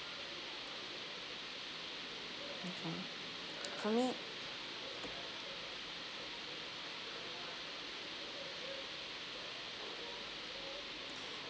for me